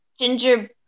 ginger